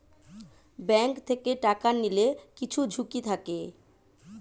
bank থেকে টাকা নিলে কিছু ঝুঁকি থাকে